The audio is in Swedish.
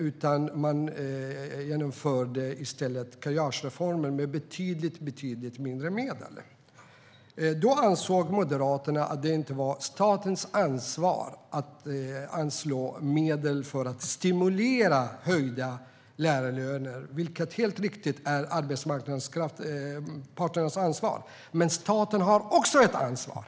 I stället genomförde man karriärtjänstreformen men med betydligt mindre medel. Då ansåg Moderaterna att det inte var statens ansvar att anslå medel för att stimulera höjda lärarlöner, vilket helt riktigt är arbetsmarknadens parters ansvar. Men staten har också ett ansvar.